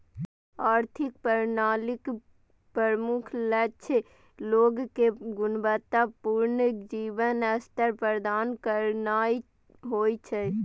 आर्थिक प्रणालीक प्रमुख लक्ष्य लोग कें गुणवत्ता पूर्ण जीवन स्तर प्रदान करनाय होइ छै